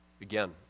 again